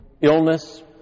illness